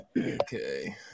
okay